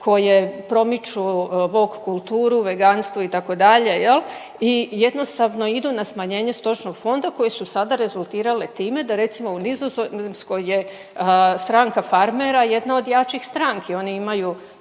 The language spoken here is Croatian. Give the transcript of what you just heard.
koje promiču wook kulturu, veganstvo itd. i jednostavno idu na smanjenje stočnog fonda koje su sada rezultirale time da recimo u Nizozemskoj je stranka farmera jedna od jačih stranki.